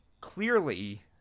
clearly